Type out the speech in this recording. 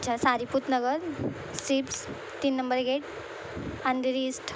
अच्छा सारीपूत नगर सिब्स तीन number gate Andheri east